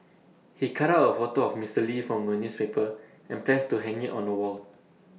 he cut out A photo of Mister lee from A newspaper and plans to hang IT on the wall